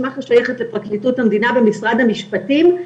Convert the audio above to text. מח"ש שייכת לפרקליטות המדינה במשרד המשפטים.